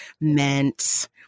meant